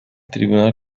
tribunal